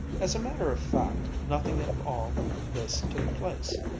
as a matter of fact, nothing of all this took place.